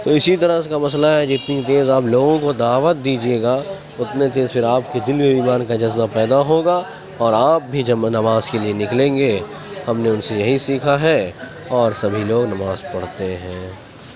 تو اسی طرح کا مسئلہ ہے جتنی تیز آپ لوگوں کو دعوت دیجیے گا اتنے تیز پھر آپ کے دل میں ایمان کا جذبہ پیدا ہوگا اور آپ بھی جب نماز کے لیے نکلیں گے ہم نے ان سے یہی سیکھا ہے اور سبھی لوگ نماز پڑھتے ہیں